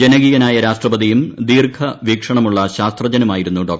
ജനകീയനായ രാഷ്ട്രപതിയും ദീർഘവീക്ഷണവുമുള്ള ശാസ്ത്രജ്ഞനുമായിരുന്നു ഡോ